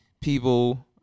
people